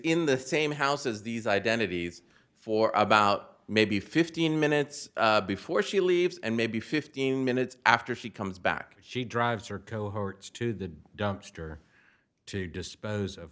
in the same house as these identities for about maybe fifteen minutes before she leaves and maybe fifteen minutes after she comes back she drives her cohorts to the dumpster to dispose of